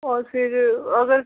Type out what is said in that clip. और फिर अगर